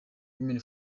women